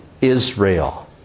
Israel